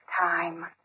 time